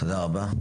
תודה רבה.